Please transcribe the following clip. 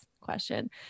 question